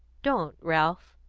don't, ralph!